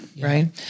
right